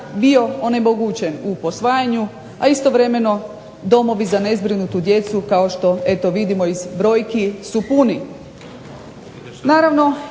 bio onemogućen u posvajanju a istovremeno domovi za nezbrinutu djecu kao što eto vidimo iz brojki su puni.